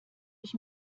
ich